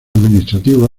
administrativo